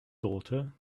daughter